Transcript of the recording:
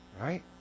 Right